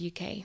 UK